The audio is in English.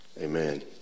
amen